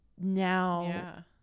now